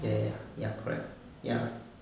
ya ya ya ya correct ya